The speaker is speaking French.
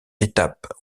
étapes